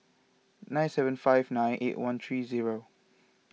nine seven five nine eight one three zero